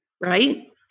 right